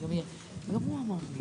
צהריים טובים וברוכים הבאים לכולם.